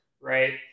right